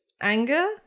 anger